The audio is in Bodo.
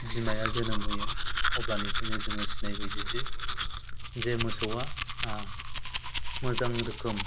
बिमाया जोनोम होयो अब्लानिफ्रायनो जोङो सिनायबोयो जे जे मोसौआ मोजां रोखोम